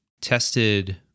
tested